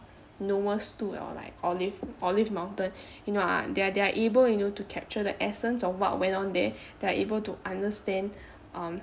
noah stood or like olive olive mountain you know ah the~ they're able you know to capture the essence of what went on there they able to understand um